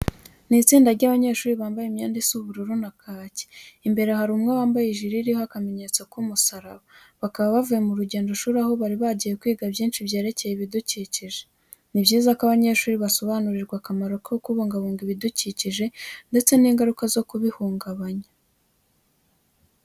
Ni itsinda ry'abanyeshuri bambaye imyenda isa ubururu na kake, imbere hari umwe wambaye ijire iriho akamenyetso k'umusaraba. Bakaba bavuye mu rugendoshuri aho bari bagiye kwiga byinshi byerekeye ibidukikije. Ni byiza ko abanyeshuri basobanirirwa akamaro ko kubungabunga ibidukikije ndetse n'ingaruka zo kubihungabanya.